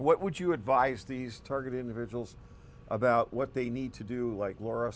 what would you advise these targeted individuals about what they need to do like la